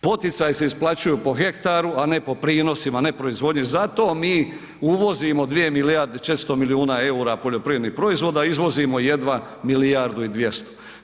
Poticaji se isplaćuju po hektaru, a ne po prinosima, ne proizvodnji, zato mi uvozimo 2 milijarde i 400 milijuna EUR-a poljoprivrednih proizvoda, izvozimo jedva milijardu i 200.